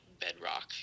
bedrock